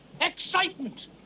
Excitement